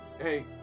hey